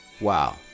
Wow